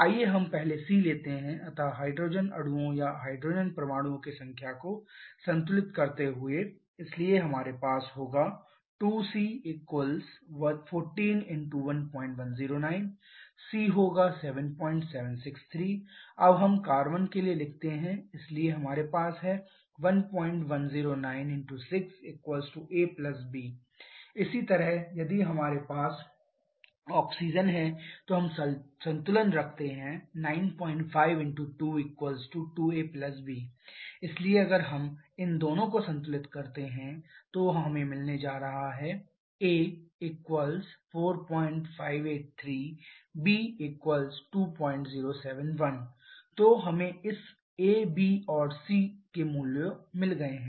आइए हम पहले c लेते हैं अतः हाइड्रोजन अणुओं या हाइड्रोजन परमाणुओं की संख्या को संतुलित करते हुए इसलिए हमारे पास होगा 2c 14 × 1109 c 7763 अब हम कार्बन के लिए लिखते हैं इसलिए हमारे पास है 1109 × 6 a b इसी तरह यदि हमारे पास ऑक्सीजन है तो हम संतुलन रखते हैं 95 × 2 2a b इसलिए अगर यह इन दोनों को संतुलित करता है तो हमें मिलने जा रहा है0 a 4583 b 2071 तो हमें इस a b और c के मूल्यों मिल गया है